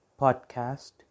podcast